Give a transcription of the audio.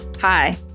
Hi